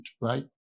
right